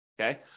Okay